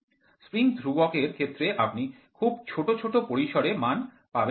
spring ধ্রুবক এর ক্ষেত্রে আপনি খুব ছোট ছোট পরিসরে মান পাবেন না